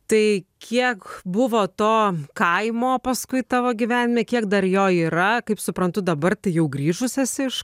tai kiek buvo to kaimo paskui tavo gyvenime kiek dar jo yra kaip suprantu dabar tai jau grįžus esi iš